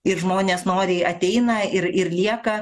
ir žmonės noriai ateina ir ir lieka